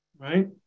right